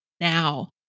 now